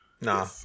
Nah